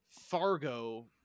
fargo